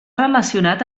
relacionat